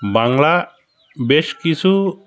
বাংলা বেশ কিছু